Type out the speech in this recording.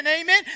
Amen